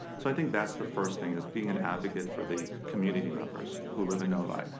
so i think that's the firs thing is being an advocate for the community members who live in novi.